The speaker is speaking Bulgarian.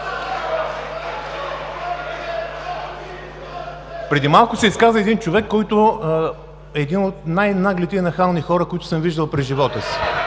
Преди малко се изказа един човек, който е един от най-наглите и нахални хора, които съм виждал през живота си.